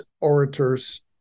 orators